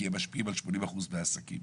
כי הם משפיעים על 80% מהעסקים.